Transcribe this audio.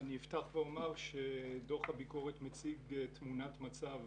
אני אפתח ואומר שדוח הביקורת מציג תמונת מצב